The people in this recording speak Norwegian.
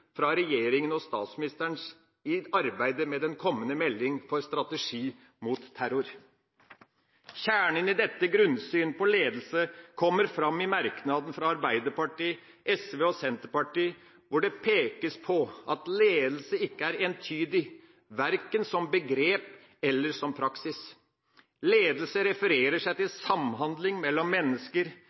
fra regjeringa og statsministerens side i arbeidet med den kommende melding om strategi mot terror. Kjernen i dette grunnsyn på ledelse kommer fram i merknaden fra Arbeiderpartiet, SV og Senterpartiet hvor det pekes på at «ledelse ikke er entydig verken som begrep eller som praksis». Videre: «Ledelse refererer seg til samhandling mellom mennesker